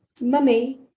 mummy